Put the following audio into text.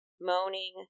moaning